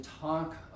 talk